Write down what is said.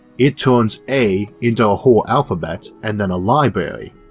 it turns a into a whole alphabet and then a library,